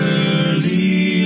early